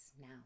now